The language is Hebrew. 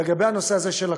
לגבי הנושא הזה של הקוד,